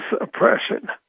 oppression